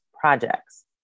projects